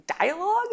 dialogue